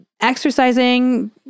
exercising